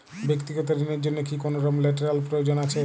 ব্যাক্তিগত ঋণ র জন্য কি কোনরকম লেটেরাল প্রয়োজন আছে?